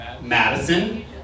Madison